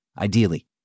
Ideally